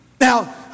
Now